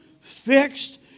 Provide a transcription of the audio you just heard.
fixed